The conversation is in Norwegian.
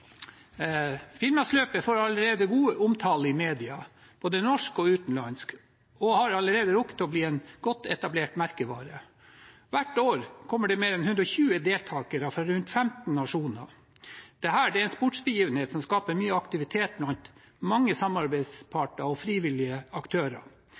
får allerede god omtale i media, både norske og utenlandske, og har allerede rukket å bli en godt etablert merkevare. Hvert år kommer det mer enn 120 deltakere fra rundt 15 nasjoner. Dette er en sportsbegivenhet som skaper mye aktivitet blant mange